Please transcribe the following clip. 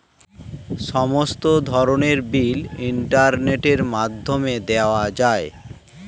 সমস্ত ধরনের বিল ইন্টারনেটের মাধ্যমে দেওয়া যায়